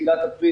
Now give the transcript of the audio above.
תחילת אפריל,